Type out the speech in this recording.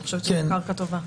אני חושבת שזאת קרקע טובה.